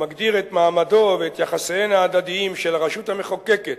המגדיר את מעמדו ואת יחסיהן ההדדיים של הרשות המחוקקת,